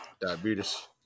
Diabetes